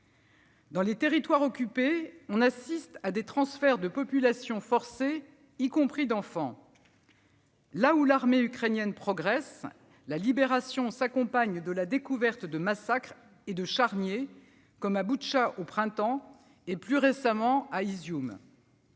Dans les territoires occupés, on assiste à des transferts de population forcés, y compris d'enfants. Là où l'armée ukrainienne progresse, la libération s'accompagne de la découverte de massacres et de charniers, comme à Boutcha au printemps, et plus récemment à Izioum.